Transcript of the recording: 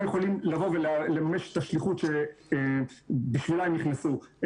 יכולים לממש את השליחות שבשבילה הם נכנסו.